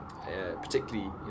particularly